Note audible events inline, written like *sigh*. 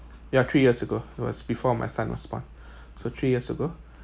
ya three years ago it was before my son was born *breath* so three years ago